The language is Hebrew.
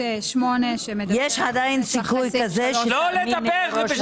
יש עדיין סיכוי כזה שמאמינים לראש הממשלה?